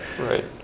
right